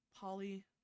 Polly